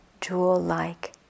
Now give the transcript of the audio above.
jewel-like